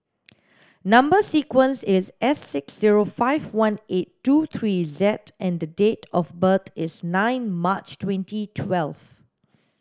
number sequence is S six zero five one eight two three Z and date of birth is nine March twenty twelve